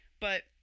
But-